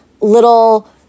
little